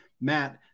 Matt